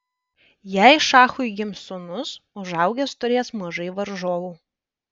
jei šachui gims sūnus užaugęs turės mažai varžovų